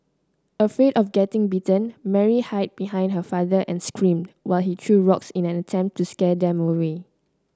afraid of getting bitten Mary hide behind her father and screamed while he threw rocks in an attempt to scare them away